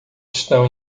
estão